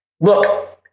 Look